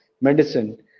medicine